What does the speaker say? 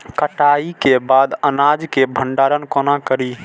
कटाई के बाद अनाज के भंडारण कोना करी?